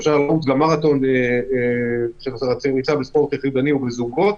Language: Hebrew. ואפשר לרוץ גם מרתון בספורט יחידני או בזוגות.